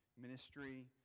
ministry